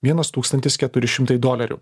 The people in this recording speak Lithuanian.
vienas tūkstantis keturi šimtai dolerių